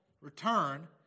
return